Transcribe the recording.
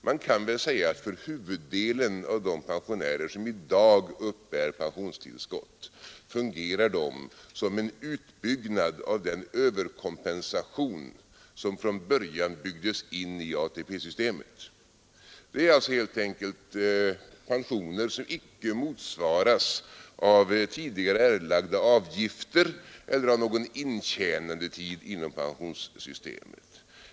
Man kan säga att för huvuddelen av de pensionärer som i dag uppbär pensionstillskott fungerar de som en utbyggnad av den överkompensation som från början byggdes in i ATP-systemet. Det är alltså helt enkelt pensioner som icke motsvaras av tidigare erlagda avgifter eller av någon intjänandetid inom pensionssystemet.